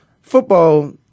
football